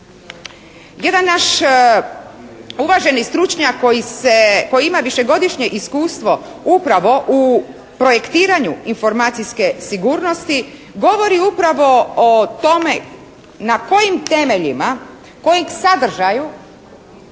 Jedan naš uvaženi stručnjak koji ima višegodišnje iskustvo upravo u projektiranju informacijske sigurnosti govori upravo o tome na kojim temeljima, koji sadržaj bi